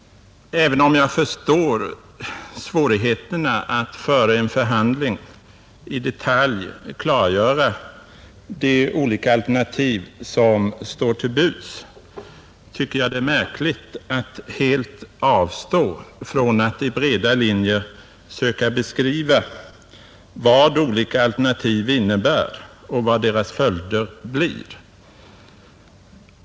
Även om jag förstår svårigheterna att före en förhandling i detalj klargöra de olika alternativ som står till buds, tycker jag att det är märkligt att man helt avstår från att i breda linjer söka beskriva vad olika alternativ innebär och vad deras följder blir.